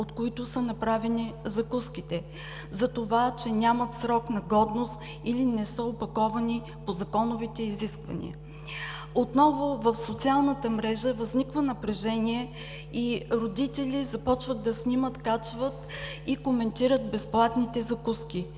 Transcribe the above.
от които са направени закуските, затова че нямат срок на годност или не са опаковани по законовите изисквания. Отново в социалната мрежа възниква напрежение и родители започват да снимат, качват и коментират безплатните закуски.